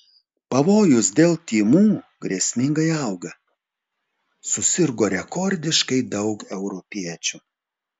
pavojus dėl tymų grėsmingai auga susirgo rekordiškai daug europiečių